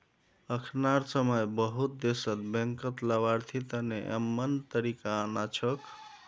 अखनार समय बहुत देशत बैंकत लाभार्थी तने यममन तरीका आना छोक